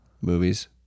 movies